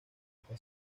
está